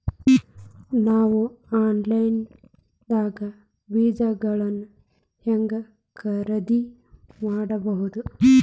ನಾವು ಆನ್ಲೈನ್ ದಾಗ ಬೇಜಗೊಳ್ನ ಹ್ಯಾಂಗ್ ಖರೇದಿ ಮಾಡಬಹುದು?